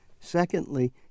Secondly